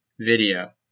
Video